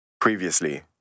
Previously